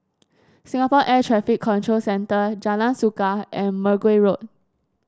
Singapore Air Traffic Control Centre Jalan Suka and Mergui Road